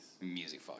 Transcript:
music